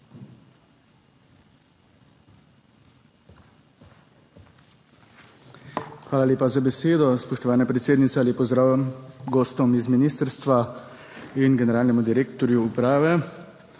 Hvala lepa za besedo, spoštovana predsednica. Lep pozdrav gostom z ministrstva in generalnemu direktorju uprave!